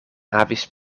havis